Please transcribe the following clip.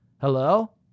Hello